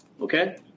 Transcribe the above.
okay